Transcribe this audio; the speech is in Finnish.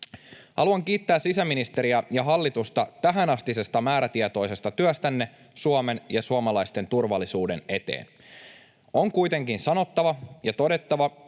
Haluan kiittää sisäministeriä ja hallitusta tähänastisesta määrätietoisesta työstänne Suomen ja suomalaisten turvallisuuden eteen. On kuitenkin sanottava ja todettava,